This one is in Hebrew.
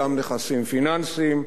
גם נכסים פיננסיים,